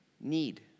need